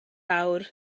awr